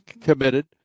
committed